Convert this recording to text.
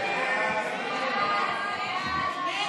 הסתייגות 11